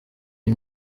iyi